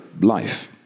life